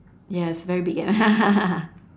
yes very big ya